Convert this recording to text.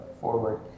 forward